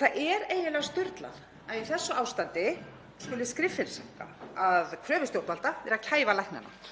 Það er eiginlega sturlað að í þessu ástandi skuli skriffinnska að kröfu stjórnvalda vera að kæfa læknana.